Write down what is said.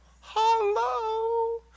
Hello